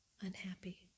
unhappy